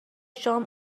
شام